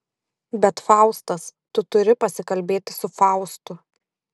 bet faustas tu turi pasikalbėti su faustu